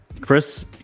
Chris